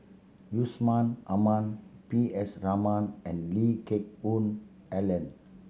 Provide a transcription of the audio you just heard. Yusman Aman P S Raman and Lee Geck Hoon Ellen